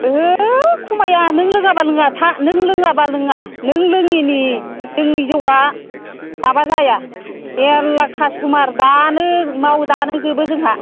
ओहो खमाया नों लोङाब्ला लोङा था नों लोङाब्ला लोङा नों लोङिनि जोंनि जौआ माबा जाया मेरला कास्ट'मार दानो मावो दानो जोबो जोंहा